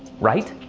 right?